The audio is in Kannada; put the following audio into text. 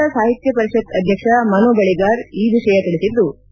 ಕನ್ನಡ ಸಾಹಿತ್ಯ ಪರಿಷತ್ ಅಧ್ಯಕ್ಷ ಮನುಬಳಿಗಾರ್ ಈ ವಿಷಯ ತಿಳಿಸಿದ್ದು